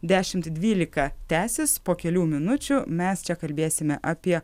dešimt dvylika tęsis po kelių minučių mes čia kalbėsime apie